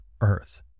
Earth